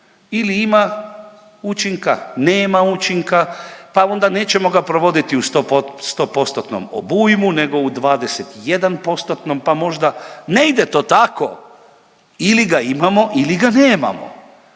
ili ima učinka, nema učinka pa onda nećemo ga provoditi u 100%-tnom obujmu nego u 21%-tnom, pa možda ne ide to tako ili ga imamo ili ga nemamo,